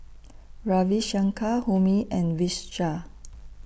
Ravi Shankar Homi and Vishal